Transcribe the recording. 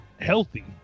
healthy